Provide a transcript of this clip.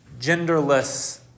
genderless